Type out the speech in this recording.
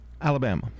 Alabama